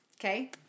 Okay